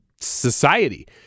society